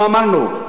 לא אמרנו,